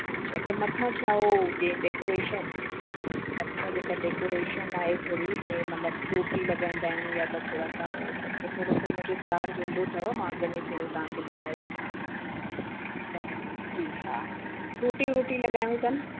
अच्छा त मथां छा हो जीअं डेकोरेशन मथां जेको डेकोरेशन आहे थोरी जीअं मतिलब फ़्रूटी लॻाईंदा आहियूं या त थोरा सा हो त त थोरो त हुन जो चार्ज हूंदो अथव मां अॻिमें थोरो तव्हांखे ॿुधाए छॾियां त जी हा फ़्रूटी व्रूटी लॻायूं था न